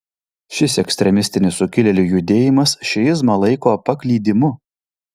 šis ekstremistinis sukilėlių judėjimas šiizmą laiko paklydimu